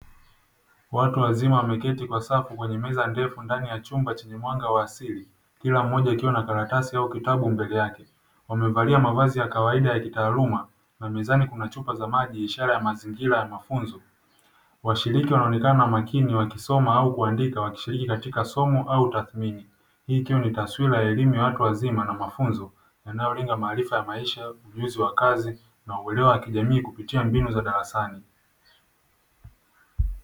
Watu wazima wameketi kwa safu kwenye meza ndefu ndani ya chumba chenye mwanga wa asili kila mmoja akiwa na karatasi au kitabu mbele yake. wamevalia mavazi ya kawaida ya kitaaluma na mezani kuna chupa za maji ikionekana na ishara ya mafunzo washiriki katika somo au tathmini. Hii ikiwa ni taswira ya elimu ya watu wazima na mafunzo yanayolenga maarifa ya maisha ujuzi wa kazi na uelewa wa kijamii kupitia mbinu za darasani.